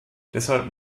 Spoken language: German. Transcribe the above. deshalb